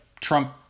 Trump